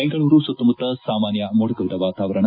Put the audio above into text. ಬೆಂಗಳೂರು ಸುತ್ತಮುತ್ತ ಸಾಮಾನ್ಯ ಮೋಡಕವಿದ ವಾತಾವರಣ